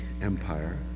Empire